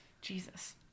Jesus